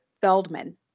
Feldman